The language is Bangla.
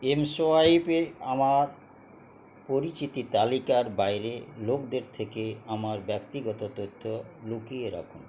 এমসোয়াইপ এ আমার পরিচিতি তালিকার বাইরের লোকদের থেকে আমার ব্যক্তিগত তথ্য লুকিয়ে রাখুন